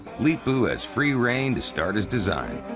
leepu has free rein to start his design.